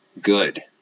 good